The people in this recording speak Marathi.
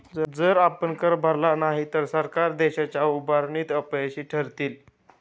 जर आपण कर भरला नाही तर सरकार देशाच्या उभारणीत अपयशी ठरतील